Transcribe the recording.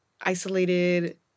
isolated